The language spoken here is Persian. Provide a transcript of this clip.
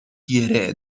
گـره